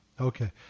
Okay